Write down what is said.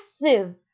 massive